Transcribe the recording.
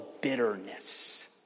bitterness